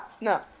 no